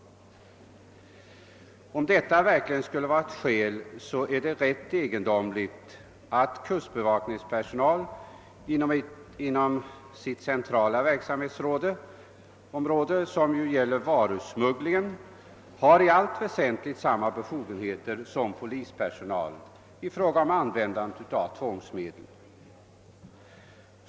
Om detta verkligen skulle vara fallet är det rätt egendomligt att kustbevakningspersonal inom sitt centrala verksamhetsområde, som ju gäller varusmuggling, har i allt väsentligt samma befogenheter som polispersonal i fråga om användande av tvångsmedel.